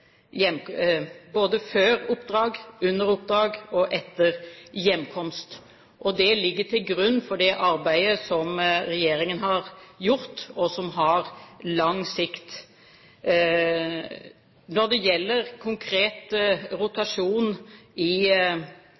hjemkomst, og det ligger til grunn for det arbeidet som regjeringen har gjort, og som har lang sikt. Når det gjelder konkret rotasjon i